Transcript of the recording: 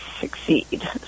succeed